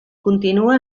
continua